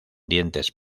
dientes